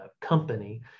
company